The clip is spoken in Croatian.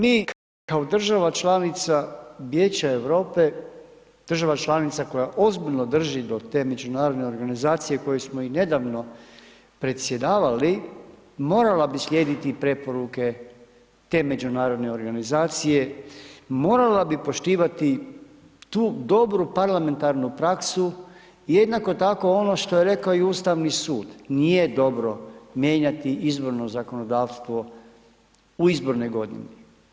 Mi kao država članica Vijeća Europe, država članica koja ozbiljno drži do te međunarodne organizacije kojom smo i nedavno predsjedavali morala bi slijediti preporuke te međunarodne organizacije, morala bi poštivati tu dobru parlamentarnu praksu, jednako tako ono što je reko i Ustavni sud, nije dobro mijenjati izborno zakonodavstvo u izbornoj godini.